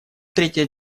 третья